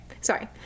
Sorry